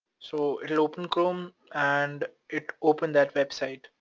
so, it'll open chrome, and it opened that website,